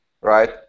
right